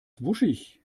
wuschig